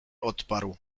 odparł